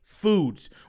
foods